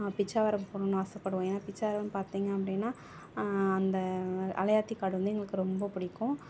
பிச்சாவரம் போகணும்னு ஆசைப்படுவோம் ஏன்னால் பிச்சாவரம் பார்த்தீங்க அப்படின்னா அந்த அலையாத்தி காடு வந்து எங்களுக்கு ரொம்ப பிடிக்கும்